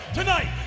tonight